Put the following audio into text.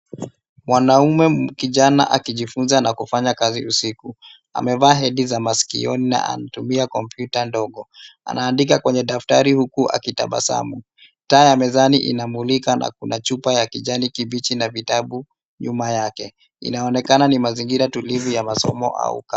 Mwanaume kijana akijifunza na kufanya kazi usiku. Amevaa hedi za masikioni na anatumia kompyuta ndogo. Anaandika kwenye daftari huku akitabasamu. Taa ya mezani inamulika na kuna chupa ya kijani kibichi na vitabu nyuma yake. Inaonekana ni mazingira tulivu ya masomo au kazi.